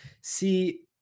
See